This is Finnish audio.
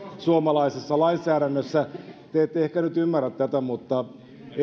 suomalaisessa lainsäädännössä te ette ehkä nyt ymmärrä tätä mutta